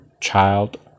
child